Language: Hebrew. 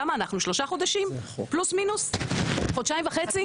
כמה אנחנו שלושה חודשים פלוס מינוס חודשיים וחצי?